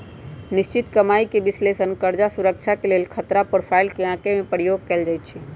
निश्चित कमाइके विश्लेषण कर्जा सुरक्षा के लेल खतरा प्रोफाइल के आके में प्रयोग कएल जाइ छै